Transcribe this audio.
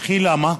וכי למה?